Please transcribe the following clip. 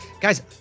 guys